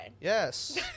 Yes